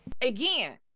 Again